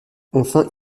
enfin